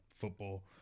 football